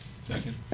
Second